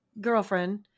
girlfriend